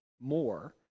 more